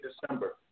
December